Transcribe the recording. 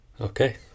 okay